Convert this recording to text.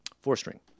Four-string